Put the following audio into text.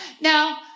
Now